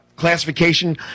Classification